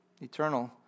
Eternal